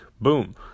boom